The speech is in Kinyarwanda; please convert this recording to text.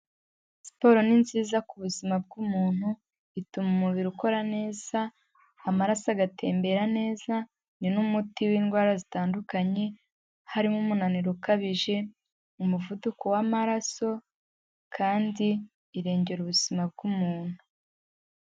Siporo ni nziza ku buzima bw'umuntu, ituma umubiri ukora neza, amaraso agatembera neza, ni n'umuti w'indwara zitandukanye, harimo umunaniro ukabije, umuvuduko w'amaraso, kandi irengera ubuzima bw'umuntu.